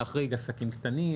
להחריג עסקים קטנים,